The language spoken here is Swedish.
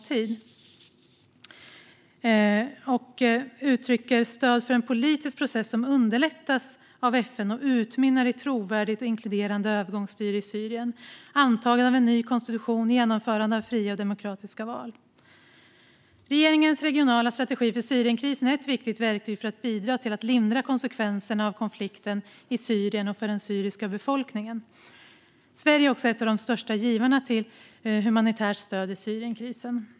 Utskottet uttrycker stöd för en politisk process som underlättas av FN och utmynnar i ett trovärdigt och inkluderande övergångsstyre i Syrien, antagande av en ny konstitution och genomförande av fria och demokratiska val. Regeringens regionala strategi för Syrienkrisen är ett viktigt verktyg för att bidra till att lindra konsekvenserna av konflikten i Syrien och för den syriska befolkningen. Sverige är också en av de största givarna av humanitärt stöd i Syrienkrisen.